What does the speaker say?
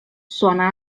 suona